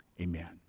Amen